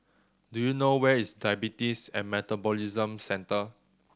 do you know where is Diabetes and Metabolism Centre